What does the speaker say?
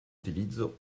utilizzo